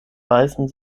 weißen